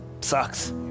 sucks